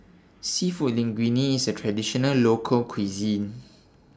Seafood Linguine IS A Traditional Local Cuisine